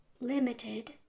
Limited